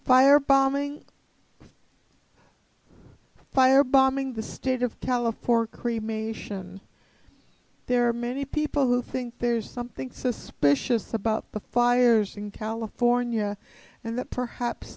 fire bombing fire bombing the state of california cremation there are many people who think there's something suspicious about the fires in california and that perhaps